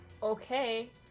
Okay